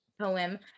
poem